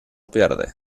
pierde